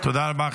תודה רבה.